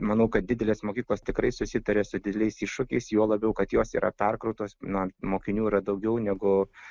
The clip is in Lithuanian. manau kad didelės mokyklos tikrai susitarė su dideliais iššūkiais juo labiau kad jos yra perkrautos na mokinių yra daugiau negu